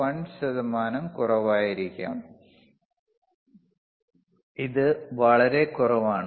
1 ശതമാനം കുറവായിരിക്കും ഇത് വളരെ കുറവാണ്